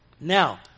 Now